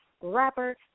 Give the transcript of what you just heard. rapper